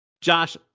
Josh